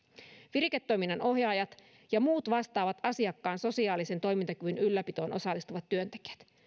viriketoiminnan ohjaajat ja muut vastaavat asiakkaan sosiaalisen toimintakyvyn ylläpitoon osallistuvat työntekijät